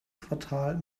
quartal